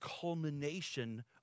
culmination